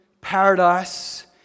paradise